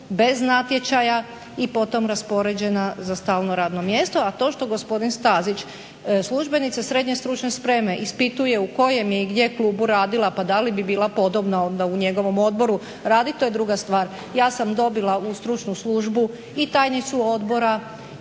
bez natječaja i potom raspoređena za stalno radno mjesto. A to što gospodin Stazić službenice srednje stručne spreme ispituje u kojem je i gdje klubu radila pa da li bi bila podobna onda u njegovom odboru raditi to je druga stvar. Ja sam dobila u stručnu službu i tajnicu odbora